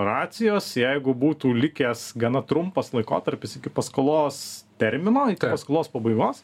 racijos jeigu būtų likęs gana trumpas laikotarpis iki paskolos termino skolos pabaigos